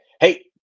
hey